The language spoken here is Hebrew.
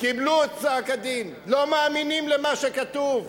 קיבלו את פסק-הדין, לא מאמינים למה שכתוב.